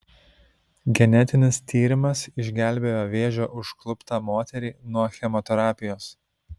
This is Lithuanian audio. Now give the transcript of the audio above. genetinis tyrimas išgelbėjo vėžio užkluptą moterį nuo chemoterapijos